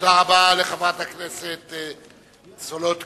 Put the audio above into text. תודה רבה לחברת הכנסת סולודקין.